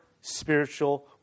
spiritual